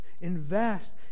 Invest